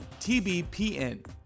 TBPN